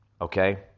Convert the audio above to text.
okay